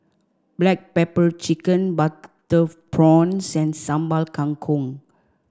black pepper chicken butter prawns and Sambal Kangkong